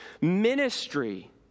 ministry